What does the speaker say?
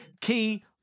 key